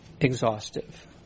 exhaustive